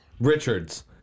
Richards